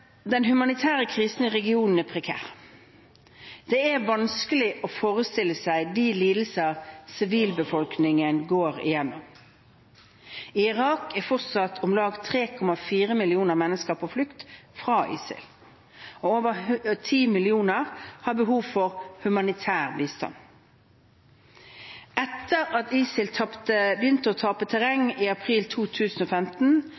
Den humanitære krisen i regionen er prekær. Det er vanskelig å forestille seg de lidelser sivilbefolkningen går igjennom. I Irak er fortsatt om lag 3,4 millioner mennesker på flukt fra ISIL. Over 10 millioner har behov for humanitær bistand. Etter at ISIL begynte å tape